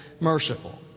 merciful